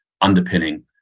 underpinning